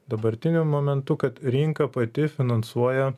dabartiniu momentu kad rinka pati finansuoja